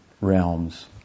realms